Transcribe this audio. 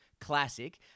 classic